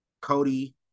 Cody